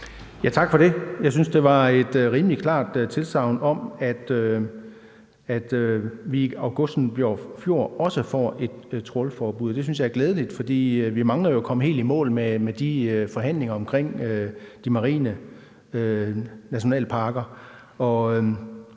Tak for det. Jeg synes, det var et rimelig klart tilsagn om, at vi i Augustenborg Fjord også får et trawlforbud. Det synes jeg er glædeligt, for vi mangler jo at komme helt i mål med de forhandlinger omkring de marine nationalparker,